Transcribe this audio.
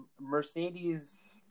Mercedes